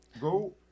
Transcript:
go